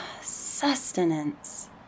Sustenance